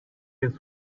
has